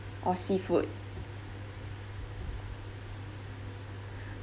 or seafood